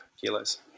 kilos